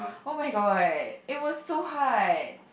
oh-my-god it was so hard